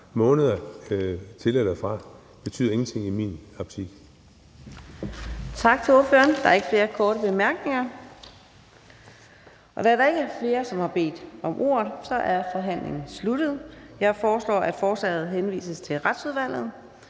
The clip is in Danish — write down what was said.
måneder til eller fra betyder i min optik